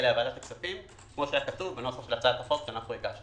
לוועדת הכספים כפי שהיה כתוב בנוסח הצעת החוק שהגשנו,